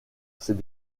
c’est